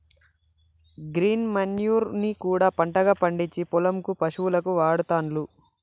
green manure ని కూడా పంటగా పండిచ్చి పొలం కు పశువులకు వాడుతాండ్లు